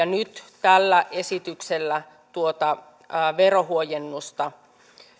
nyt tällä esityksellä tuota verohuojennusta